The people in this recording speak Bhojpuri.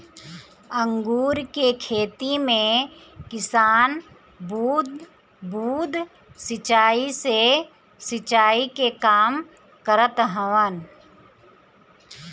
अंगूर के खेती में किसान बूंद बूंद सिंचाई से सिंचाई के काम करत हवन